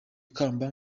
kamba